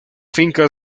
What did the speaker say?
finca